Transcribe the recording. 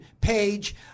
page